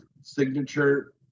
signature